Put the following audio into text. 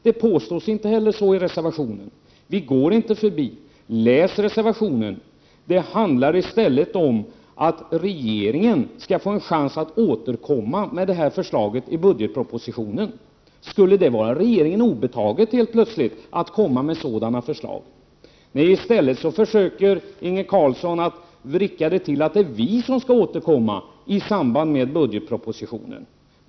Det påstås inte heller i reservationen — vi går inte förbi dem. Läs reservationen! Det handlar i stället om att regeringen skall få en chans att återkomma med detta förslag i budgetpropositionen. Skulle det helt plötsligt vara regeringen obetaget att komma med sådana förslag? Nej, Inge Carlsson försöker i stället vricka det till att det är vi som skall återkomma i samband med budgetpropositionen.